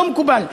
לא מקובל.